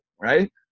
right